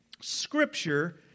Scripture